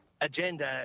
agenda